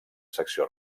secció